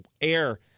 air